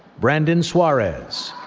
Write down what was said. brandon suarez.